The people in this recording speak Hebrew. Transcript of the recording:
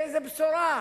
איזו בשורה.